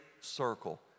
circle